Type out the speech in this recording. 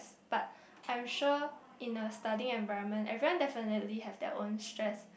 but I'm sure in a studying environment everyone definitely have their own stress